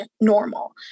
normal